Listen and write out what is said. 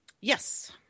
Yes